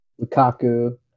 Lukaku